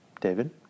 David